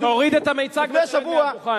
תוריד את המיצג ותרד מהדוכן.